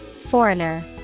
Foreigner